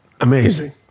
Amazing